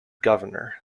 governor